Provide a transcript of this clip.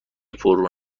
پررو